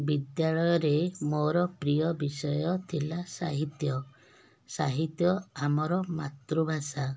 ବିଦ୍ୟାଳୟରେ ମୋର ପ୍ରିୟ ବିଷୟ ଥିଲା ସାହିତ୍ୟ ସାହିତ୍ୟ ଆମର ମାତୃଭାଷା